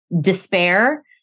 despair